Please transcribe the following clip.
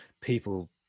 people